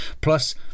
Plus